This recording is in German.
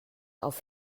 auf